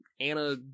Anna